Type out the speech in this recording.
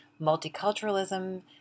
Multiculturalism